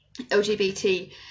LGBT